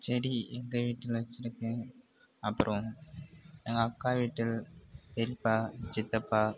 செடி எங்கள் வீட்டில் வச்சுருக்கேன் அப்புறம் எங்கள் அக்கா வீட்டு பெரியப்பா சித்தப்பா